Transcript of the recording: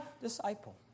disciple